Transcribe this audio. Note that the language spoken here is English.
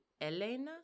Elena